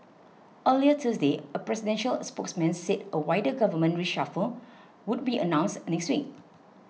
earlier Thursday a presidential spokesman said a wider government reshuffle would be announced next week